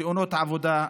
תאונות העבודה.